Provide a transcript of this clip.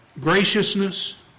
graciousness